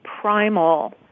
primal